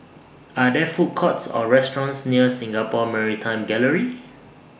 Are There Food Courts Or restaurants near Singapore Maritime Gallery